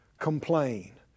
Complain